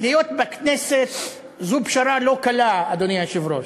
להיות בכנסת זו פשרה לא קלה, אדוני היושב-ראש,